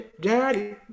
daddy